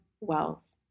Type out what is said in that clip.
wealth